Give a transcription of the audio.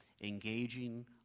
engaging